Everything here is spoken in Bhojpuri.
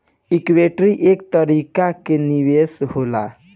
इक्विटी एक तरीका के निवेश होला